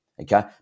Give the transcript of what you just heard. okay